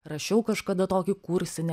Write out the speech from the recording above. rašiau kažkada tokį kursinį